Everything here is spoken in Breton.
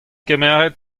kemeret